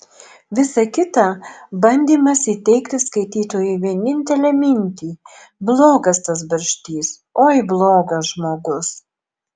visa kita bandymas įteigti skaitytojui vienintelę mintį blogas tas barštys oi blogas žmogus